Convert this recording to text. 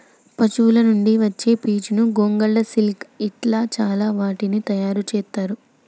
పశువుల నుండి వచ్చే పీచును గొంగళ్ళు సిల్క్ ఇట్లా చాల వాటిని తయారు చెత్తారు